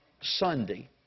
Sunday